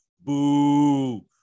Boo